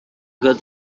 good